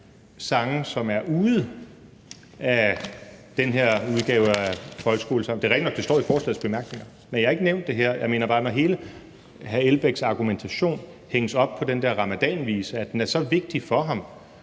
sange, som er ude af den her udgave af Højskolesangbogen. Det er rigtigt nok, at det står i forslagets bemærkninger, men jeg har ikke nævnt det her. Jeg mener bare: Når hele hr. Uffe Elbæks argumentation hænges op på den der ramadanvise og den er så vigtig for ham,